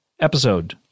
episode